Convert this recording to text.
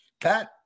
Pat